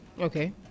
Okay